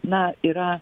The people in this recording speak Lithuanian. na yra